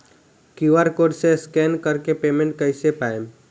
QR code से scan कर के पेमेंट कइसे कर पाएम?